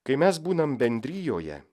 kai mes būnam bendrijoje